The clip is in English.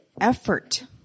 effort